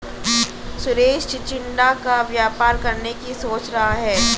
सुरेश चिचिण्डा का व्यापार करने की सोच रहा है